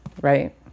right